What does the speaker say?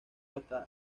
hasta